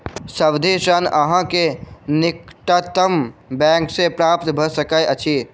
सावधि ऋण अहाँ के निकटतम बैंक सॅ प्राप्त भ सकैत अछि